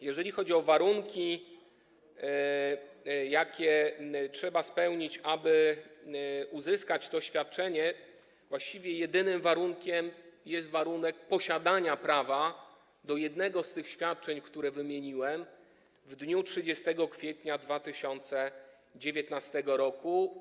Jeżeli chodzi o warunki, jakie trzeba spełnić, aby uzyskać to świadczenie, to właściwie jedynym warunkiem jest posiadanie prawa do jednego z tych świadczeń, które wymieniłem, w dniu 30 kwietnia 2019 r.